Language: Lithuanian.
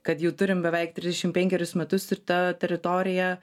kad jau turim beveik trisdešimt penkerius metus ir ta teritorija